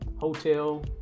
hotel